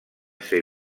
ser